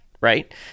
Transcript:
right